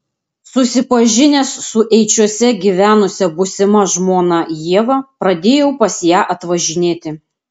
susipažinęs su eičiuose gyvenusia būsima žmona ieva pradėjau pas ją atvažinėti